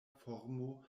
formo